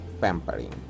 pampering